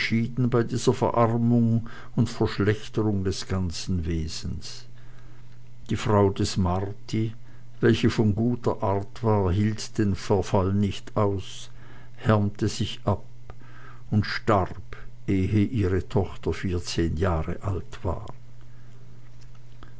bei dieser verarmung und verschlechterung des ganzen wesens die frau des marti welche von guter art war hielt den verfall nicht aus härmte sich ab und starb ehe ihre tochter vierzehn jahre alt war